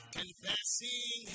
confessing